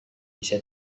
bisa